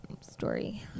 story